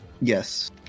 Yes